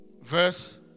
verse